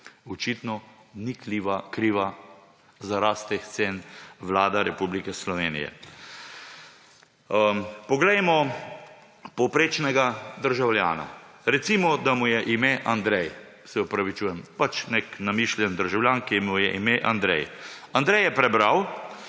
Očitno ni kriva za rast teh cen Vlada Republike Slovenije. Poglejmo povprečnega državljana. Recimo, da mu je ime Andrej. Se opravičujem, pač nek namišljeni državljan, ki mu je ime Andrej. Andrej je prebral,